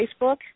Facebook